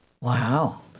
Wow